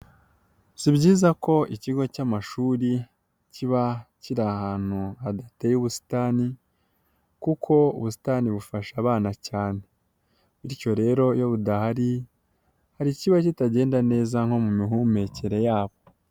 Si byiza ko ikigo cy'amashuri kiba kiri ahantu hadateye ubusitani kuko ubusitani bufasha abana cyane, bityo rero iyo budahari hari ikiba kitagenda neza nko mu mihumekere yabo.